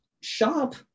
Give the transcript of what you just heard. Shop